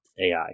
AI